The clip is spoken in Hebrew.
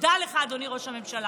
תודה לך, אדוני ראש הממשלה.